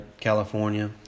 California